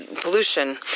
pollution